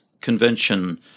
Convention